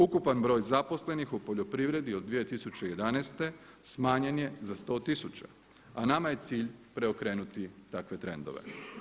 Ukupan broj zaposlenih u poljoprivredi od 2011. smanjen je za 100 tisuća, a nama je cilj preokrenuti takve trendove.